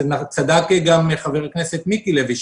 צדק גם חבר הכנסת מיקי לוי,